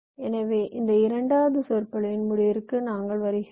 எனவே இந்த இரண்டாவது சொற்பொழிவின் முடிவிற்கு நாங்கள் வருகிறோம்